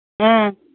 ꯎꯝ